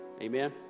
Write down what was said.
Amen